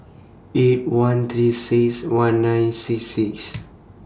eight one three six one nine six six